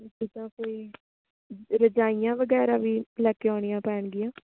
ਜਿਦਾਂ ਕੋਈ ਰਜਾਈਆਂ ਵਗੈਰਾ ਵੀ ਲੈ ਕੇ ਆਉਣੀਆਂ ਪੈਣਗੀਆਂ